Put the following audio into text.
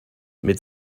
mit